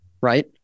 Right